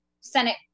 Senate